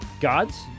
Gods